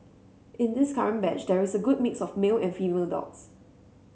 in this current batch there is a good mix of male and female dogs